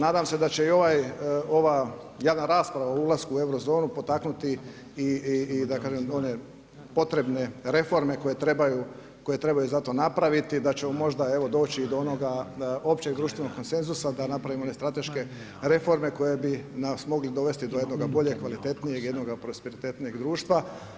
Nadam se da će i ova javna rasprava o ulasku u euro zonu potaknuti i da kažem one potrebne reforme koje trebaju zato napraviti, da ćemo možda evo doći i do onoga općeg društvenog konsenzusa da napravi one strateške reforme koje bi nas mogli dovesti do jednoga boljeg, kvalitetnijeg, jednoga prosperitetnijeg društva.